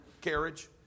carriage